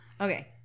Okay